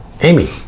Amy